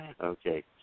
Okay